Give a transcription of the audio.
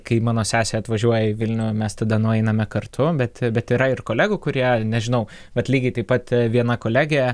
kai mano sesė atvažiuoja į vilnių mes tada nueiname kartu bet bet yra ir kolegų kurie nežinau vat lygiai taip pat viena kolegė